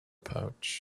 pouch